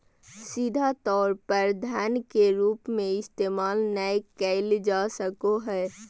सीधा तौर पर धन के रूप में इस्तेमाल नय कइल जा सको हइ